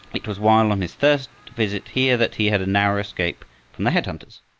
it was while on his third visit here that he had a narrow escape from the head-hunters.